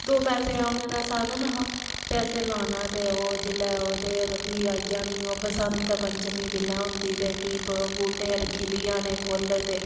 दो पैसे औने दा साधन हा ते असें लाना ते ओह् जिल्लै ओह्दे र फ्ही आई जानी ओह् बसंत पंचमी जिल्लै होंदी ते फ्ही प बूह्टे र खिली जाने फुल्ल ते